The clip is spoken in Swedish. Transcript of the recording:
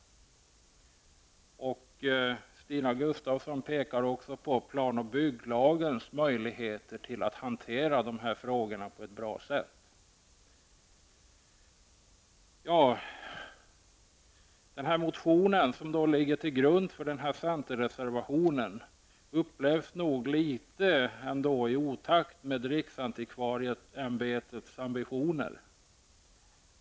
Stina Gustavsson pekar också på plan och bygglagens möjligheter att hantera detta på ett bra sätt. Motionen, som ligger till grund för den här centerreservationen, upplevs nog litet i otakt med riksantikvarieämbetets ambitioner.